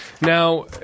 Now